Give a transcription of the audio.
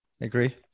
Agree